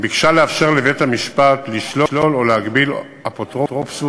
ביקשה לאפשר לבית-המשפט לשלול או להגביל אפוטרופסות